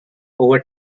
over